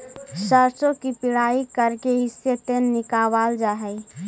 सरसों की पिड़ाई करके इससे तेल निकावाल जा हई